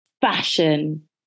fashion